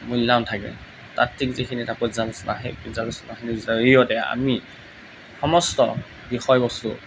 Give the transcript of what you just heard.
মূল্যায়ন থাকে তাত্ত্বিক যিখিনি এটা পৰ্যালোচনা সেই পৰ্যালোচনাখিনিৰ জৰিয়তে আমি সমস্ত বিষয়বস্তু